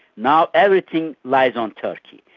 now everything lies on turkey.